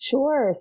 Sure